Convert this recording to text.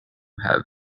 have